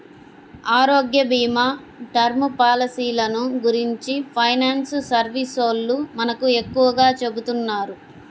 ఆరోగ్యభీమా, టర్మ్ పాలసీలను గురించి ఫైనాన్స్ సర్వీసోల్లు మనకు ఎక్కువగా చెబుతున్నారు